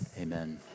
Amen